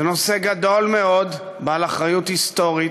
זה נושא גדול מאוד, בעל אחריות היסטורית,